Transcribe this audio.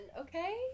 okay